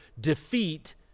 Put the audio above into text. defeat